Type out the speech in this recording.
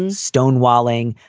and stonewalling,